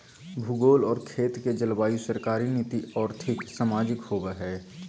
भूगोल और खेत के जलवायु सरकारी नीति और्थिक, सामाजिक होबैय हइ